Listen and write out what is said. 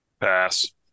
Pass